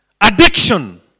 addiction